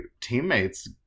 teammates